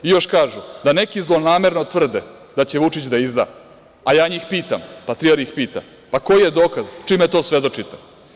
Još kažu, da neki zlonamerno tvrde da će Vučić da izda, a ja njih pitam, patrijarh ih pita, koji je dokaz, čime to svedočite?